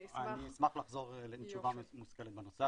אני אשמח --- אני אשמח לחזור עם תשובה מושכלת בנושא הזה.